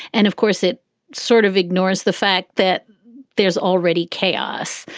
and of course, it sort of ignores the fact that there's already chaos.